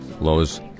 Lowe's